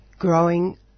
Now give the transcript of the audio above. Growing